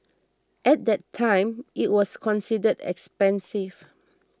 at that time it was considered expensive